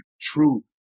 truth